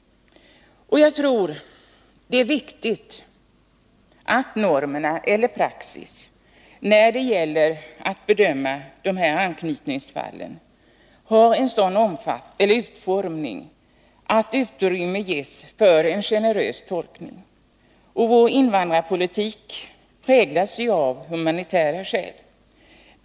Jag tror att det när det gäller de här anknytningsfallen är viktigt att normerna eller praxis har en sådan utformning att det ges utrymme för en generös tolkning. Vår invandrarpolitik präglas ju också av en humanitär grundsyn.